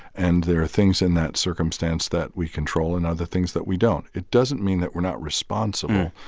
and there are things in that circumstance that we control and other things that we don't. it doesn't mean that we're not responsible.